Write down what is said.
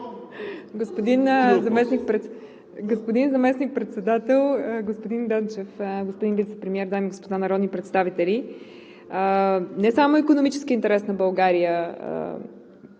Господин Заместник-председател, господин Вицепремиер, господин Данчев, дами и господа народни представители! Не само икономическият интерес на България